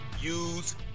use